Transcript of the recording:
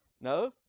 No